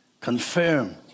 confirm